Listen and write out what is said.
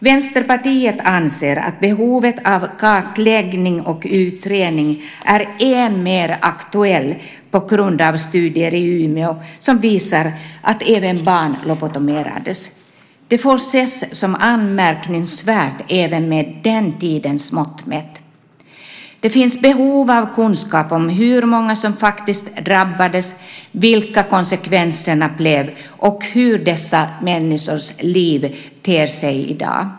Vänsterpartiet anser att behovet av kartläggning och utredning är än mer aktuellt på grund av studier i Umeå som visar att även barn lobotomerades. Det får ses som anmärkningsvärt även med den tidens mått mätt. Det finns behov av kunskap om hur många som faktiskt drabbades, vilka konsekvenserna blev och hur dessa människors liv ter sig i dag.